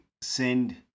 send